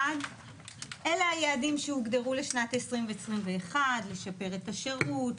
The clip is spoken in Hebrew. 2021. אלה היעדים שהוגדרו לשנת 2020 ו-2021: לשפר את השירות,